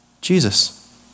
Jesus